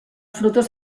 frutos